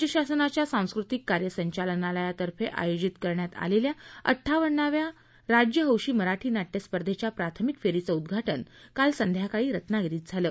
राज्य शासनाच्या सांस्कृतिक कार्य संचालनालयातर्फे आयोजित करण्यात आलेल्या अड्डावन्नाव्या राज्य हौशी मराठी नाट्य स्पर्धेच्या प्राथमिक फेरीचं उद्घाटन काल संध्याकाळी रत्नागिरीत झालं